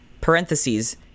parentheses